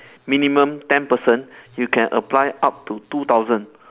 minimum ten person you can apply up to two thousand